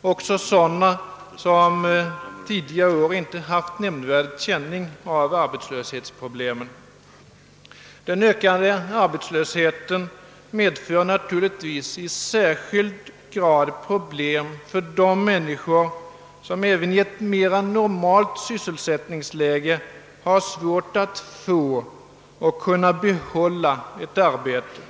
också sådana som tidigare år inte haft nämnvärd känning av arbetslöshetsproblemen. Den ökade arbetslösheten medför naturligtvis i särskilt hög grad problem för de människor som även i ett mera normalt sysselsättningsläge har svårt att få och kunna behålla ett arbete.